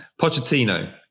Pochettino